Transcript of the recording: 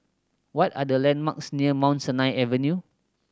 what are the landmarks near Mount Sinai Avenue